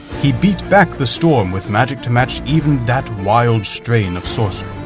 he beat back the storm with magic to match even that wild strain of sorcery,